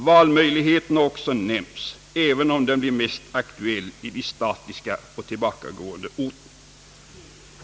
Valmöjligheten har = också nämnts, även om den blir mest aktuell i de statiska och tillbakagående orterna.